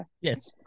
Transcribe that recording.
yes